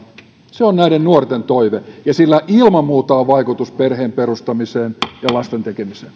se on näiden nuorten toive ja sillä ilman muuta on vaikutusta perheen perustamiseen ja lasten tekemiseen